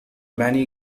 many